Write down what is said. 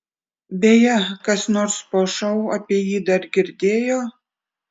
beje kas nors po šou apie jį dar girdėjo